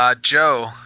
Joe